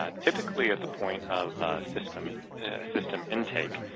ah typically at the point of system system intake,